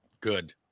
good